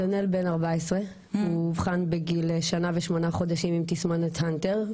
נתנאל בן 14. הוא הובחן בגיל שנה ושמונה חודשים עם תסמונת הנטר,